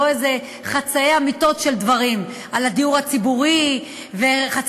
ולא חצאי אמיתות של דברים על הדיור הציבורי וחצאי